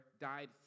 died